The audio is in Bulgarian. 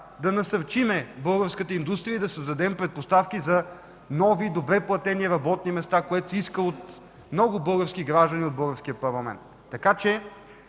да насърчим българската индустрия и да създадем предпоставки за нови, добре платени работни места, което се иска от много български граждани от Българския парламент.